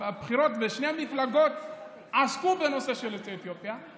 הבחירות בשתי המפלגות עסקו בנושא של יוצאי אתיופיה.